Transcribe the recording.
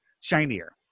shinier